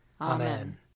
Amen